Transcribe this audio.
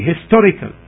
historical